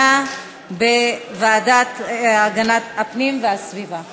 ועדת הפנים והגנת הסביבה